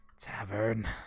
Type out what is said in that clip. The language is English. tavern